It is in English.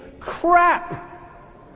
Crap